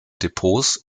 depots